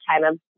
time